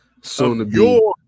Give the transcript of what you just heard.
soon-to-be